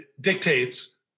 dictates